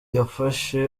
yafashe